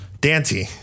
Dante